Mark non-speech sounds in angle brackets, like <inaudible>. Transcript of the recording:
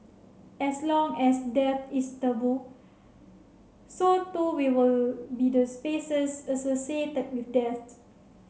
as long as death is taboo so too will <unintelligible> be the spaces associated with death